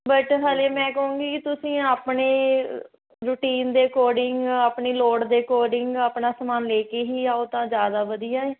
but ਹਾਲੇ ਮੈਂ ਕਹਾਂਗੀ ਕਿ ਤੁਸੀਂ ਆਪਣੇ ਰੂਟੀਨ ਦੇ ਅਕੋਡਿੰਗ ਆਪਣੀ ਲੋੜ ਦੇ ਅਕੋਡਿੰਗ ਆਪਣਾ ਸਮਾਨ ਲੈ ਕੇ ਹੀ ਆਓ ਤਾਂ ਜ਼ਿਆਦਾ ਵਧੀਆ